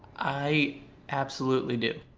i absolutely do.